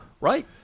Right